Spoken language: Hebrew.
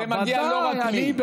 זה מגיע לא רק לי.